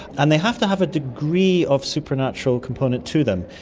and they have to have a degree of supernatural component to them.